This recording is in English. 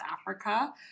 Africa